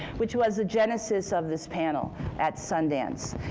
which was the genesis of this panel at sundance.